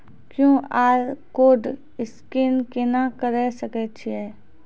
QR code scan केना करै सकय छियै?